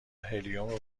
هلیوم